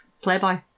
playboy